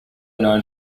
known